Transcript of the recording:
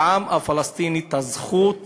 לעם הפלסטיני הזכות